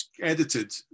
edited